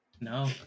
No